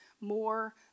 more